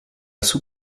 sous